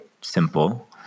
simple